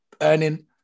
earning